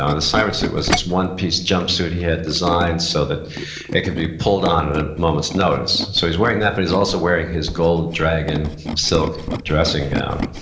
the siren suit was this one-piece jump suit he had designed so that it could be pulled on at a moment's notice so he's wearing that, but he's also wearing his gold dragon silk dressing gown.